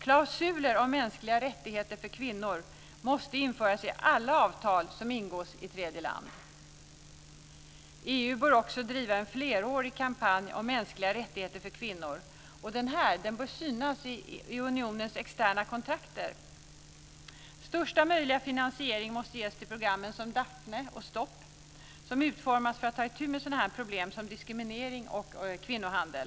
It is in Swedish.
Klausuler om mänskliga rättigheter för kvinnor måste införas i alla avtal som ingås i tredje land. EU bör också driva en flerårig kampanj om mänskliga rättigheter för kvinnor, och denna bör synas i unionens externa kontakter. Största möjliga finansiering måste ges till program som Daphne och Stop som utformats för att ta itu med sådana problem som diskriminering och kvinnohandel.